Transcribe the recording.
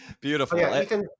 Beautiful